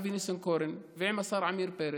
אבי ניסנקורן ועם השר עמיר פרץ.